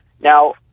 now